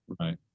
Right